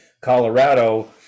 Colorado